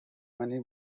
many